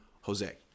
Jose